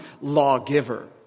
lawgiver